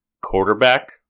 Quarterback